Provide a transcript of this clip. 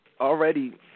already